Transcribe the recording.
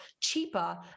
cheaper